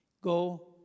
Go